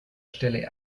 stelle